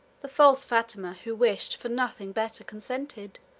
the false fatima, who wished for nothing better, consented,